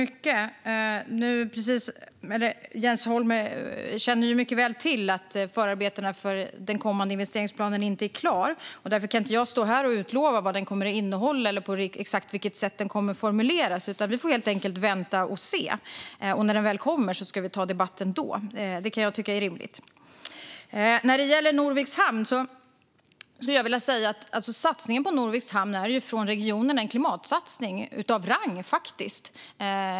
Fru talman! Jens Holm känner mycket väl till att förarbetena för den kommande investeringsplanen inte är klara. Därför kan jag inte stå här och lova vad den kommer att innehålla eller på exakt vilket sätt den kommer att formuleras. Vi får helt enkelt vänta och se. När den väl kommer ska vi ta debatten då. Det kan jag tycka är rimligt. Norviks hamn är en klimatsatsning av rang från regionens sida.